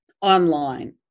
online